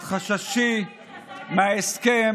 את חששי מההסכם,